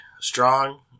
strong